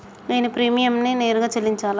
నేను ప్రీమియంని నేరుగా చెల్లించాలా?